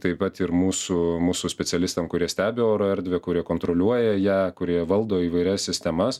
taip pat ir mūsų mūsų specialistam kurie stebi oro erdvę kurie kontroliuoja ją kurie valdo įvairias sistemas